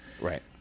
Right